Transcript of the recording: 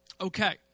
Okay